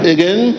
Again